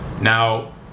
Now